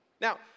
Now